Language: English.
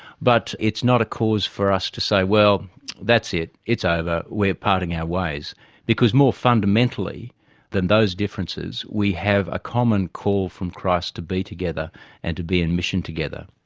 but it's not a cause for us to say well that's it, it's over, we're parting our ways because more fundamentally than those differences, we have a common call from christ to be together and to be in mission together.